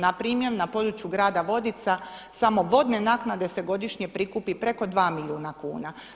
Npr. na području grada Vodica samo vodne naknade se godišnje prikupi preko 2 milijuna kuna.